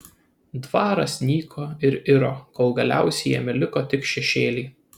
dvaras nyko ir iro kol galiausiai jame liko tik šešėliai